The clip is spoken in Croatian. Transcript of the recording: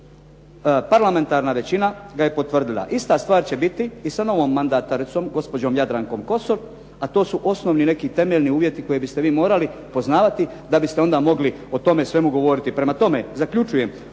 parlamentarna većina ga je potvrdila. Ista stvar će biti i sa novom mandataricom gospođom Jadrankom Kosor, a to su osnovni neki temeljni uvjeti koje biste vi morali poznavati da biste mogli o tome svemu govoriti. Prema tome, zaključujem.